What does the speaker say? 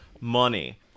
money